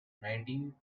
nineteen